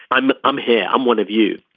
i'm i'm here. i'm one of you.